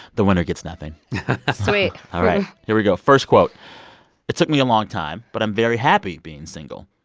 the winner gets nothing sweet all right. here we go. first quote it took me a long time. but i'm very happy being single.